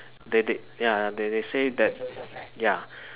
they they ya they they they say that ya